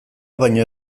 baino